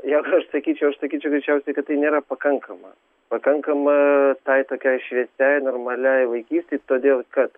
jeigu aš sakyčiau aš sakyčiau greičiausiai kad tai nėra pakankama pakankama tai tokiai šviesiai normaliai vaikystei todėl kad